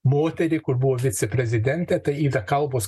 moterį kur buvo viceprezidentė tai yra kalbos